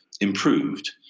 improved